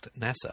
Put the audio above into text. NASA